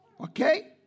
Okay